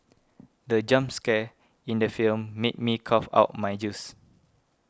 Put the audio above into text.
the jump scare in the film made me cough out my juice